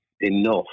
enough